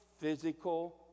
physical